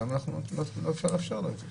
למה שלא נאפשר לו את זה?